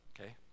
Okay